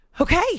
Okay